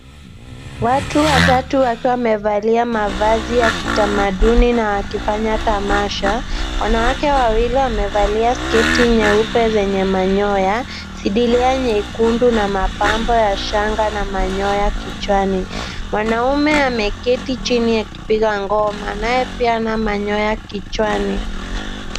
Watu watatu wakiwa wamevalia mavazi ya kitamaduni na wakifanya tamasha. Wanawake wawili wamevalia sketi nyeupe zenye manyoya, sidiria nyekundu na mapambo ya shanga na manyoya kichwani. Mwanaume ameketi chini akipiga ngoma naye pia ana manyoya kichwani.